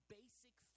basic